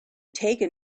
taken